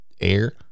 air